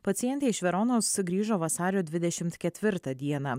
pacientė iš veronos sugrįžo vasario dvidešimt ketvirtą dieną